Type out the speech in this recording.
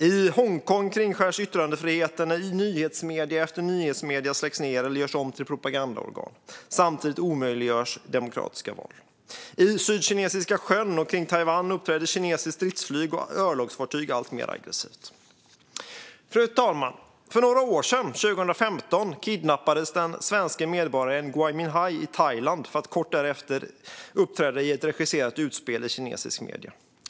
I Hongkong kringskärs yttrandefriheten när nyhetsmedium efter nyhetsmedium släcks ned eller görs om till propagandaorgan. Samtidigt omöjliggörs demokratiska val. I Sydkinesiska sjön och kring Taiwan uppträder kinesiskt stridsflyg och kinesiska örlogsfartyg alltmer aggressivt. Fru talman! För några år sedan, 2015, kidnappades den svenske medborgaren Gui Minhai i Thailand för att kort därefter uppträda i ett regisserat utspel i kinesiska medier.